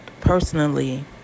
Personally